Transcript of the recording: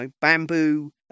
bamboo